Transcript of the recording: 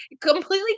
completely